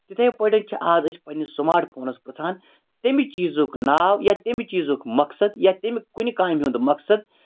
تِتھے پٲٹھۍ چھِ آز أسۍ پَننِس سماٹ فونَس پِرٛژھان تمہِ چیٖزُک ناو یا تمہِ چیٖزُک مَقصَد یا تمہِ کُنہِ کامہِ ہُنٛد مقصد